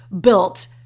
built